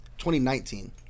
2019